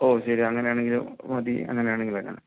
ഓ ശരി അങ്ങനെ ആണെങ്കിൽ മതി അങ്ങനെ ആണെങ്കിൽ വരാം